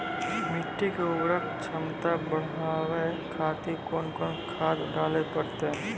मिट्टी के उर्वरक छमता बढबय खातिर कोंन कोंन खाद डाले परतै?